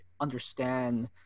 understand